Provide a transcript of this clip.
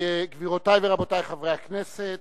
ברשות יושב-ראש הכנסת,